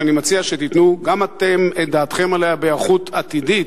שאני מציע שתיתנו גם אתם את דעתכם עליה בהיערכות עתידית,